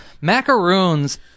macaroons